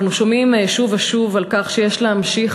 אנחנו שומעים שוב ושוב על כך שיש להמשיך